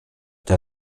der